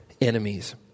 enemies